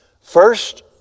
First